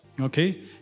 Okay